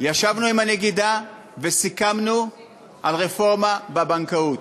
ישבנו עם הנגידה וסיכמנו על רפורמה בבנקאות,